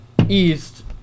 East